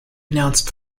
announced